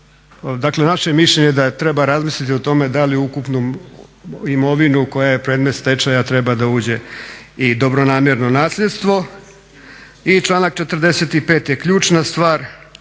Dakle naše mišljenje je da treba razmisliti do tome da li ukupnu imovinu koja je predmet stečaja treba da uđe i dobronamjerno nasljedstvo. I članak 45. je ključna stvar